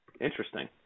Interesting